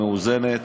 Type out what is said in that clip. מאוזנת,